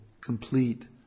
complete